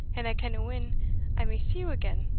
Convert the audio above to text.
and i kenna when i may see you again,